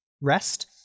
rest